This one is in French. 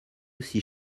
aussi